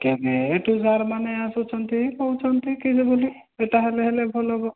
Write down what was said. କେବେଠୁ ସାର୍ମାନେ ଆସୁଛନ୍ତି କହୁଛନ୍ତି କିଲେ ବୋଲି ଏଇଟା ହେଲେ ହେଲେ ଭଲ ହବ